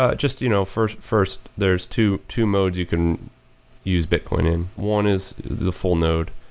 ah just you know, first first there is two two modes you can use bitcoin in. one is the full node,